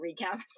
recap